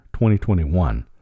2021